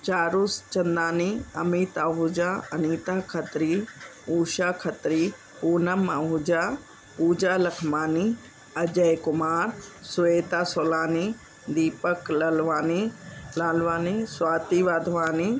जारुस Chandani Amit Ahuja Anita Khatri Usha Khatri Poonam Ahuja Pooja Lakhmani Ajay Kumar Sweta Solani Deepak Lalwani Lalwani Swati Wadhwani